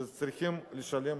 כי צריכים לשלם